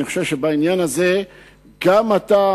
אני חושב שבעניין הזה גם אתה,